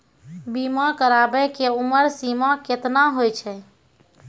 बीमा कराबै के उमर सीमा केतना होय छै?